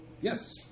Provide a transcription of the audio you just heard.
yes